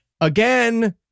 Again